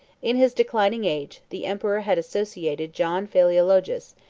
in his declining age, the emperor had associated john palaeologus,